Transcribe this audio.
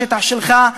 השטח שלך,